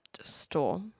store